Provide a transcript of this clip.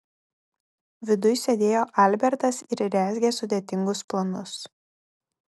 viduj sėdėjo albertas ir rezgė sudėtingus planus